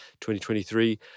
2023